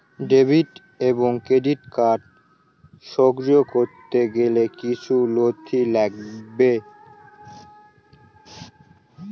Debit এবং credit card সক্রিয় করতে গেলে কিছু নথি লাগবে?